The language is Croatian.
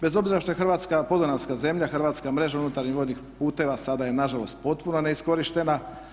Bez obzira što je Hrvatska podunavska zemlja hrvatska mreža unutarnjih vodnih putova sada je nažalost potpuno neiskorištena.